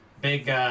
big